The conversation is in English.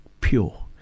pure